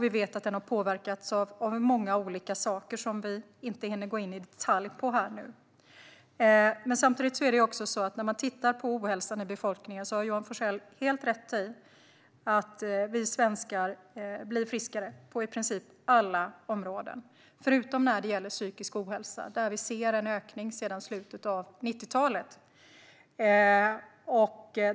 Vi vet att den har påverkats av många olika saker, som vi inte hinner gå in i detalj på nu. Men samtidigt kan man titta på ohälsan i befolkningen. Johan Forssell har helt rätt i att vi svenskar blir friskare på i princip alla områden förutom när det gäller psykisk ohälsa. Där ser vi en ökning sedan slutet av 90-talet.